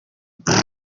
rugo